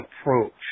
approach